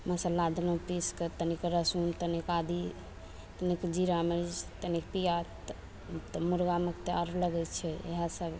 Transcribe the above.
मसल्ला देलहुँ पीसके तनिक लहसुन तनिक आदी तनिक जीरा मरीच तनिक प्याज तऽ मुर्गामे तऽ आर लगय छै इएह सब